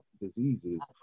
diseases